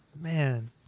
man